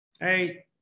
Hey